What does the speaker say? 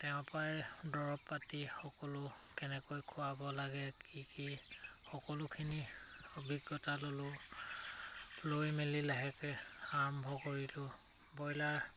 তেওঁৰ পৰাই দৰৱ পাতি সকলো কেনেকৈ খোৱাব লাগে কি কি সকলোখিনি অভিজ্ঞতা ল'লোঁ লৈ মেলি লাহেকে আৰম্ভ কৰিলোঁ ব্ৰইলাৰ